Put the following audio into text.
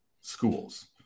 schools